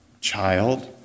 Child